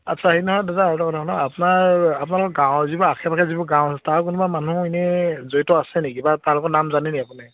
আচ্ছা হেৰি নহয় দাদা আৰু এটা কথা শুনক আপোনাৰ আপোনালোকৰ গাঁৱৰ যিবোৰ আশে পাশে যিবোৰ গাঁও আছে তাৰ কোনোবা মানুহ এনে জড়িত আছে নেকি কিবা তাৰ লগত নাম জানে নেকি আপুনি